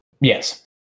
Yes